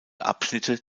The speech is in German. abschnitte